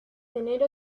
tener